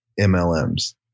MLMs